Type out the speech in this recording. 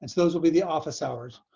and those will be the office hours,